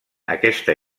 aquesta